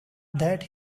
that